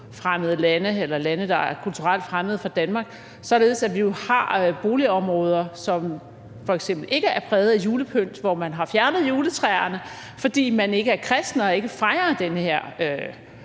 indvandring fra lande, der er kulturelt fremmede for Danmark, således at vi jo har boligområder, som f.eks. ikke er præget af julepynt, og hvor man har fjernet juletræerne, fordi man ikke er kristne og ikke fejrer den her